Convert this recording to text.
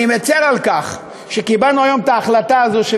אני מצר על כך שקיבלנו היום את ההחלטה הזאת,